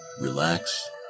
Relax